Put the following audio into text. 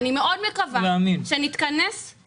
אני מאוד מקווה שנתכנס לתקציב --- לא להאמין,